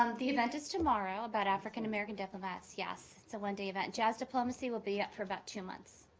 um the event is tomorrow about african american diplomats. yes, it's a one-day event. jazz diplomacy will be up for about two months.